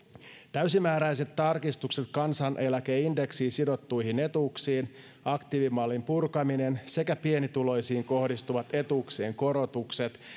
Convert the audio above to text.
täysimääräiset tarkistukset kansaneläkeindeksiin sidottuihin etuuksiin aktiivimallin purkaminen sekä pienituloisiin kohdistuvat etuuksien korotukset